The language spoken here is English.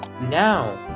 Now